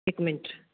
हिकु मिंट